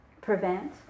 prevent